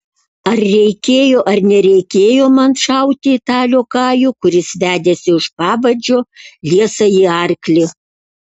ar reikėjo ar nereikėjo man šauti į tą liokajų kuris vedėsi už pavadžio liesąjį arklį